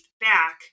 back